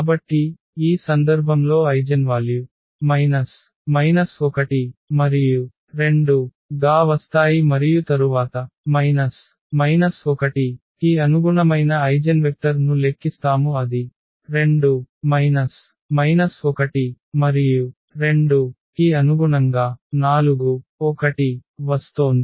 కాబట్టి ఈ సందర్భంలో ఐగెన్వాల్యు 1 2 గా వస్తాయి మరియు తరువాత 1 కి అనుగుణమైన ఐగెన్వెక్టర్ ను లెక్కిస్తాము అది 2 1 మరియు 2 కి అనుగుణంగా 4 1 వస్తోంది